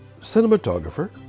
cinematographer